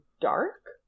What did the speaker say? dark